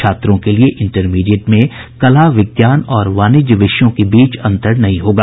छात्रों के लिए इंटरमीडिएट में कला विज्ञान और वाणिज्य विषयों के बीच अंतर नहीं होगा